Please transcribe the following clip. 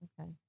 Okay